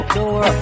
door